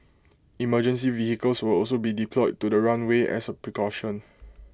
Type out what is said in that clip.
emergency vehicles will also be deployed to the runway as A precaution